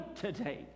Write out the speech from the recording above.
today